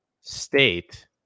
State